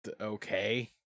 okay